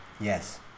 Yes